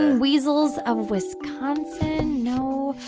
weasels of wisconsin no. ooh,